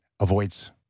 Avoids